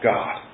God